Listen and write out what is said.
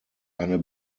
eine